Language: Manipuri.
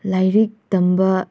ꯂꯥꯏꯔꯤꯛ ꯇꯝꯕ